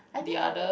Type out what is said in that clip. I think